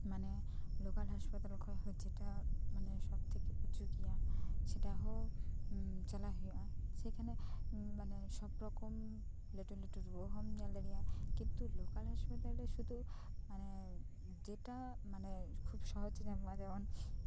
ᱢᱟᱱᱮ ᱞᱳᱠᱟᱞ ᱦᱟᱸᱥᱯᱟᱛᱟᱞ ᱠᱷᱚᱡ ᱦᱚᱸ ᱡᱮᱴᱟ ᱢᱟᱱᱮ ᱥᱚᱵᱽ ᱛᱷᱮᱠᱮ ᱩᱸᱪᱩ ᱜᱮᱭᱟ ᱥᱮᱴᱟ ᱦᱚᱸ ᱪᱟᱞᱟᱜ ᱦᱩᱭᱩᱜᱼᱟ ᱥᱮᱠᱷᱟᱱᱮ ᱢᱟᱱᱮ ᱥᱚᱵᱽ ᱨᱚᱠᱚᱢ ᱠᱚᱢ ᱞᱟᱴᱩ ᱞᱟᱴᱩ ᱨᱩᱣᱟᱹ ᱦᱚᱸᱢ ᱧᱮᱞ ᱫᱟᱲᱮᱭᱟᱜᱼᱟ ᱠᱤᱱᱛᱩ ᱞᱳᱠᱟᱞ ᱦᱟᱸᱥᱯᱟᱛᱟᱞ ᱫᱚ ᱥᱩᱫᱩ ᱢᱟᱱᱮ ᱡᱮᱴᱟ ᱢᱟᱱᱮ ᱠᱷᱩᱵᱽ ᱥᱚᱦᱚᱡᱽ ᱛᱮ ᱧᱟᱢᱚᱜᱼᱟ ᱡᱮᱢᱚᱱ